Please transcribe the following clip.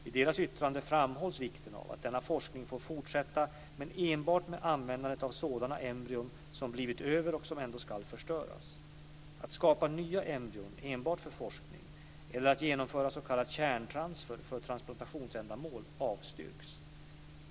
I deras yttranden framhålls vikten av att denna forskning får fortsätta men enbart med användande av sådana embryon som "blivit över" och som ändå ska förstöras. Att skapa nya embryon enbart för forskning eller att genomföra s.k. kärntransfer för transplantationsändamål avstyrks.